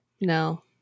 no